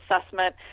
assessment